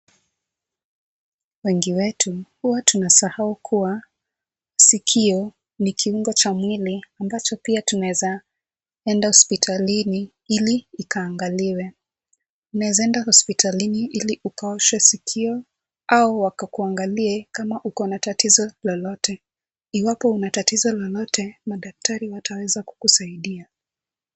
Wengi wetu huwa tunasahau kuwa sikio ni kiungo cha mwili ambacho pia tunaeza enda hospitalini ili ikaangaliwe. Unaeza enda hospitalini ili ukaoshwe sikio au wakakuangalie kama uko na tatizo lolote. Iwapo una tatizo lolote, madaktari wataweza kukusaidia.